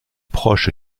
proche